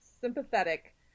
sympathetic